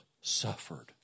suffered